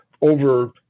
over